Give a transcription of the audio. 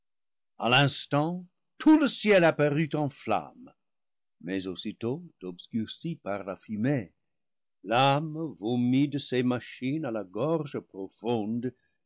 a l'instant tout le ciel ap parut en flamme mais aussitôt obscurci par la fumée flamme vomie de ces machines à la gorge profonde